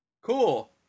cool